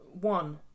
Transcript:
one